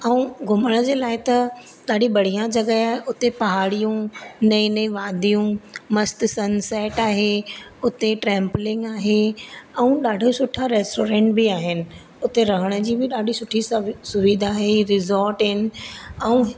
ऐं घुमण जे लाइ त ॾाढी बढ़िया जॻहि आहे उते पहाड़ियूं नईं नईं वादियूं मस्तु सनसेट आहे उते ट्रेम्पलिंग आहे ऐं ॾाढा सुठा रेस्टोरेंट बि आहिनि उते रहण जी बि ॾाढी सुठी सुविधा ही रिज़ोर्ट आहिनि ऐं